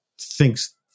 thinks